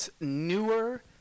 newer